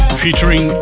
featuring